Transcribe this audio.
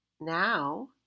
Now